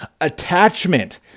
attachment